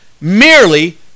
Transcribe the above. merely